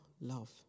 love